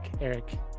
Eric